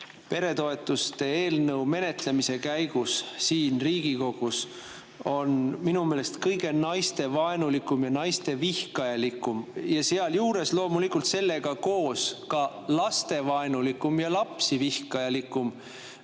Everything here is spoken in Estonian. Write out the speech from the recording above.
peretoetuste eelnõu menetlemise käigus siin Riigikogus, on minu meelest kõige naistevaenulikum ja naistevihkajalikum ja sealjuures loomulikult ka lastevaenulikum ja lapsi vihkavam